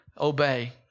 obey